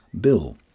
bill